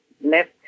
left